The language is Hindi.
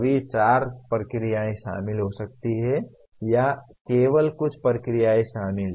सभी चार प्रक्रियाएं शामिल हो सकती हैं या केवल कुछ प्रक्रियाएं शामिल हैं